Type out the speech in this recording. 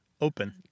Open